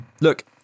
Look